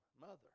mother